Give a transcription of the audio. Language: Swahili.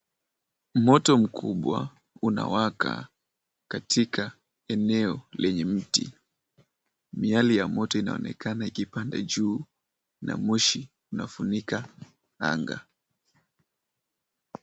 Moto mkubwa unawaka katika eneo lenye miti. Miale ya moto inaonekana ikipanda juu na moshi unafunika anga.